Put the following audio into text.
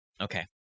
Okay